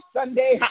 Sunday